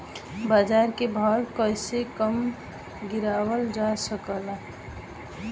बाज़ार के भाव कैसे कम गीरावल जा सकता?